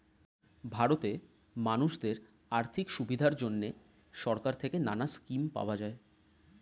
ভারতে মানুষদের আর্থিক সুবিধার জন্যে সরকার থেকে নানা স্কিম পাওয়া যায়